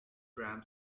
drum